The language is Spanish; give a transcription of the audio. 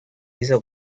hizo